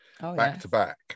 back-to-back